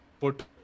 put